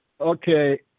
Okay